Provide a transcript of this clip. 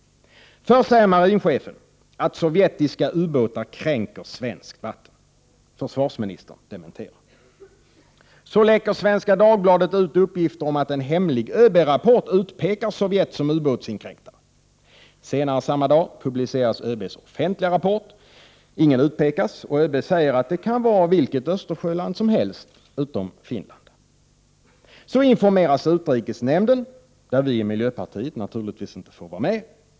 Först säger marinchefen att sovjetiska ubåtar kränker svenskt vatten. Försvarsministern dementerar. Så läcker Svenska Dagbladet ut uppgifter om att en hemlig ÖB-rapport utpekar Sovjet som ubåtsinkräktare. Senare samma dag publiceras ÖB:s offentliga rapport. Ingen utpekas och ÖB säger att det kan vara vilket Östersjöland som helst utom Finland. Så informeras utrikesnämnden, där vi i miljöpartiet naturligtvis inte får vara med.